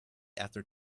after